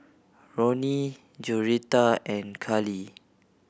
Ronin Joretta and Kali